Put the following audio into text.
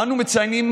אנו מציינים